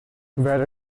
wear